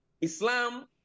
Islam